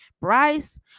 Bryce